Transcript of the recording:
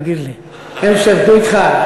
תגיד לי, הם שירתו אתך?